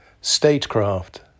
Statecraft